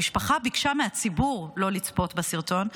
המשפחה ביקשה מהציבור לא לצפות בסרטון,